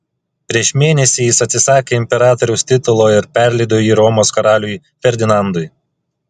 prieš mėnesį jis atsisakė imperatoriaus titulo ir perleido jį romos karaliui ferdinandui